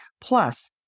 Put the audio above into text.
Plus